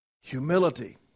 Humility